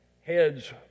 heads